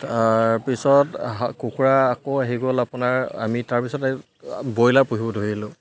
তাৰপিছত কুকুৰা আকৌ আহি গ'ল আপোনাৰ আমি তাৰপিছত ব্ৰইলাৰ পুহিব ধৰিলোঁ